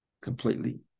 completely